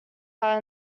are